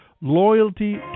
loyalty